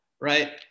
right